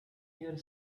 here